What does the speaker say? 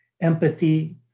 empathy